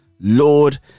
lord